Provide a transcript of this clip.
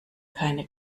keine